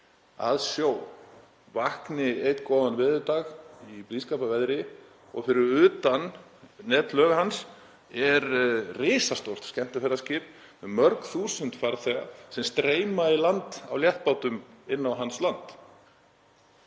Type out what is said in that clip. að sjó vakni einn góðan veðurdag í blíðskaparveðri og fyrir utan netlög hans er risastórt skemmtiferðaskip með mörg þúsund farþega sem streyma í land á léttbátum inn á hans land?